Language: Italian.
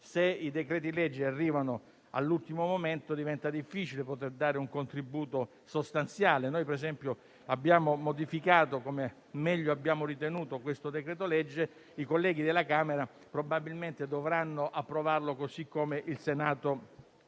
all'esame parlamentare all'ultimo momento diventa difficile poter dare un contributo sostanziale. Noi, per esempio, abbiamo modificato come meglio abbiamo ritenuto il presente decreto-legge, ma i colleghi della Camera probabilmente dovranno approvarlo così come il Senato lo